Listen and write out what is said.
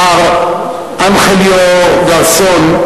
מר אנחליו גארסון,